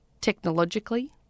technologically